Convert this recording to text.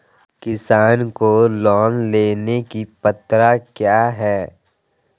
किसान को लोन लेने की पत्रा क्या है?